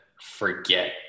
forget